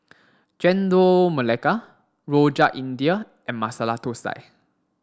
Chendol Melaka Rojak India and Masala Thosai